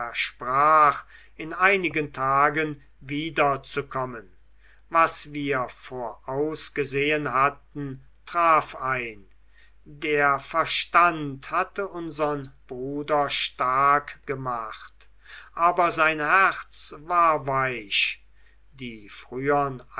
versprach in einigen tagen wiederzukommen was wir vorausgesehen hatten traf ein der verstand hatte unsern bruder stark gemacht aber sein herz war weich die frühern